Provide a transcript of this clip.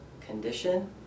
condition